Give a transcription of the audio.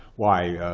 why,